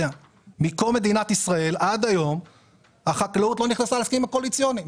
מקום מדינת ישראל עד היום החקלאות לא נכנסה להסכמים קואליציוניים,